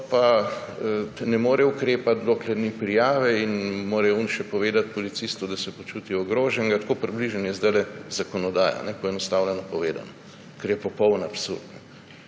pa ne more ukrepati, dokler ni prijave in mora tisti še povedati policistu, da se počuti ogroženega. Tako približno je zdajle z zakonodajo, poenostavljeno povedano. Kar je popoln absurd.